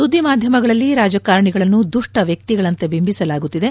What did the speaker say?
ಸುದ್ದಿ ಮಾಧ್ಯಮಗಳಲ್ಲಿ ರಾಜಕಾರಣಿಗಳನ್ನು ದುಷ್ವ ವ್ಯಕ್ತಿಗಳಂತೆ ಬಿಂಬಿಸಲಾಗುತ್ತಿದೆ